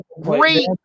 great